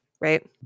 Right